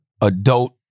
adult